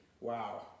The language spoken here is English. Wow